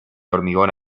hormigón